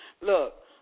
look